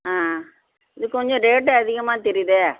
ஆ ஆ இது கொஞ்சம் ரேட்டு அதிகமாக தெரியுதே